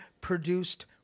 produced